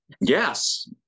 Yes